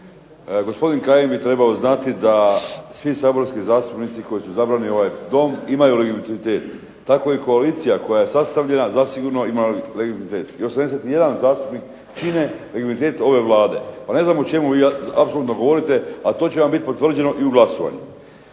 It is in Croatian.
Gospodin Kajin bi trebao znati da svi saborski zastupnici koji su izabrani u ovaj dom imaju legitimitet. Tako i koalicija koja je sastavljena zasigurno ima legitimitet i 81 zastupnik čine legitimitet ove Vlade. Pa ne znam o čemu vi apsolutno govorite, a to će vam biti potvrđeno i u glasovanju.